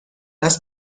است